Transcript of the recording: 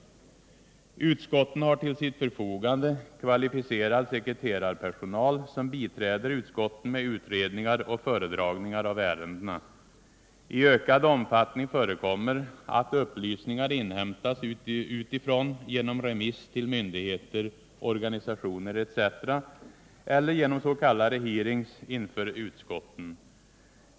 Utskotten har till sitt förfogande kvalificerad sekreterarpersonal som biträder utskotten med utredningar och föredragningar av ärendena. I ökad omfattning förekommer att upplysningar inhämtas utifrån genom remiss till myndigheter, organisationer etc. eller genom s.k. hearings inför utskotten.